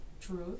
truth